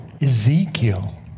Ezekiel